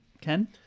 Ken